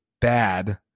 bad